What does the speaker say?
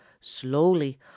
slowly